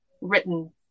written